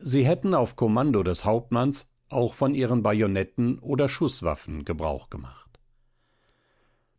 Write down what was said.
sie hätten auf kommando des hauptmanns auch von ihren bajonetten oder schußwaffen gebrauch gemacht